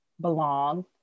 belong